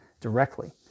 directly